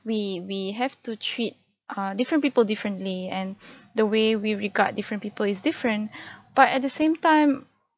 we we have to treat err different people differently and the way we regard different people is different but at the same time